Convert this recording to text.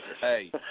Hey